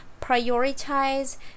prioritize